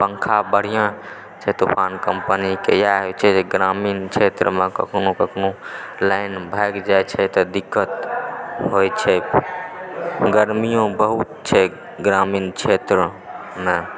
पङ्खा बढ़िआँ छै तूफान कम्पनीके इएह होय छै जे ग्रामीण क्षेत्रमे कखनो कखनो लाइन भागि जाइत छै तऽ दिक्कत होय छै गर्मियों बहुत छै ग्रामीण क्षेत्रमे